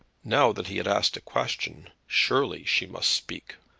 now that he had asked a question, surely she must speak.